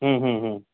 हम्म हम्म